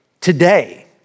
today